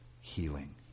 healing